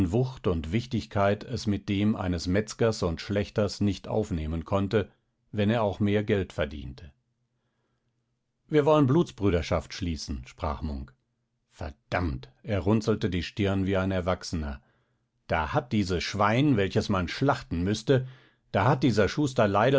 wucht und wichtigkeit es mit dem eines metzgers und schlächters nicht aufnehmen konnte wenn er auch mehr geld verdiente wir wollen blutsbrüderschaft schließen sprach munk verdammt er runzelte die stirn wie ein erwachsener da hat dieses schwein welches man schlachten müßte da hat dieser schuster